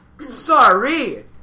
Sorry